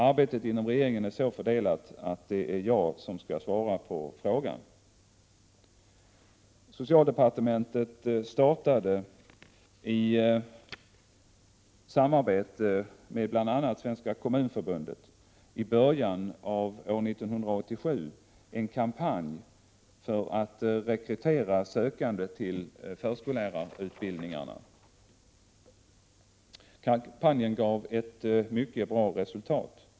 Arbetet inom regeringen är så fördelat att det är jag som skall svara på frågan. Socialdepartementet startade i samarbete med bl.a. Svenska kommunförbundet i början av år 1987 en kampanj för att rekrytera sökande till förskollärarutbildningarna. Kampanjen gav ett mycket bra resultat.